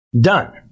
Done